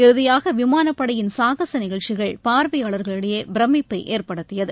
இறுதியாக விமானப்படையின் சாகச நிகழ்ச்சிகள் பார்வையாளர்களிடையே பிரம்மிப்பை ஏற்படுத்தியது